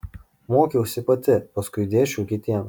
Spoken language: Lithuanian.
mokiausi pati paskui dėsčiau kitiems